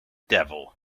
devil